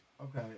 Okay